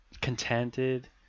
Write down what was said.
contented